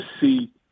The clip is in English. see